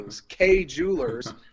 K-Jewelers